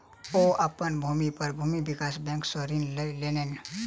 ओ अपन भूमि पर भूमि विकास बैंक सॅ ऋण लय लेलैन